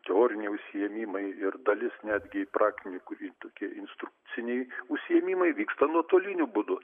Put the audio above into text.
teoriniai užsiėmimai ir dalis netgi praktinių kurie tokie instrukciniai užsiėmimai vyksta nuotoliniu būdu